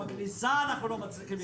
אנחנו לא מצליחים להיכנס.